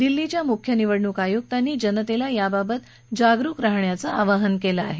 दिल्लीच्या मुख्य निवडणूक आयुक्तांनी जनतेलाही याबाबत जागृत रहाण्याचं आवाहन केलं आहे